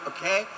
Okay